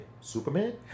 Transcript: Superman